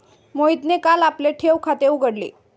मोहितने काल आपले ठेव खाते उघडले